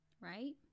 right